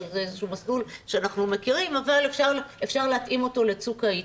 שזה איזשהו מסלול שאנחנו מכירים אבל אפשר להתאים אותו לצוק העיתים.